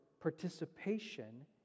participation